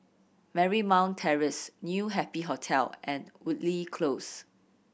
Marymount Terrace New Happy Hotel and Woodleigh Close